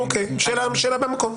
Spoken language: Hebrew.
שאלה במקום.